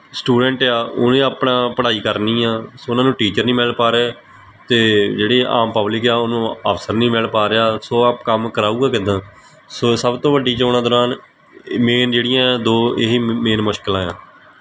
student ਆ ਉਹਨੇ ਆਪਣਾ ਪੜ੍ਹਾਈ ਕਰਨੀ ਆ ਉਹਨਾਂ ਨੂੰ ਟੀਚਰ ਨਹੀਂ ਮਿਲ ਪਾ ਰਹੇ ਅਤੇ ਜਿਹੜੇ ਆਮ ਪਬਲਿਕ ਆ ਉਹਨੂੰ ਅਫਸਰ ਨਹੀਂ ਮਿਲ ਪਾ ਰਿਹਾ ਸੋ ਆਪ ਕੰਮ ਕਰਾਊਗਾ ਕਿੱਦਾਂ ਸੋ ਇਹ ਸਭ ਤੋਂ ਵੱਡੀ ਚੋਣਾਂ ਦੌਰਾਨ ਮੇਨ ਜਿਹੜੀਆਂ ਦੋ ਇਹੀ ਮੇਨ ਮੁਸ਼ਕਿਲਾਂ ਆ